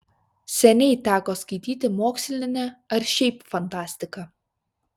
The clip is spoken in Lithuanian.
seniai teko skaityti mokslinę ar šiaip fantastiką